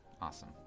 Awesome